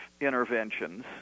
interventions